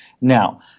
now